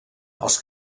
els